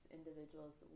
individuals